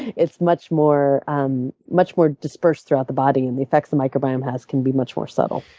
it's much more um much more dispersed throughout the body and the effects the microbiome has can be much more subtle.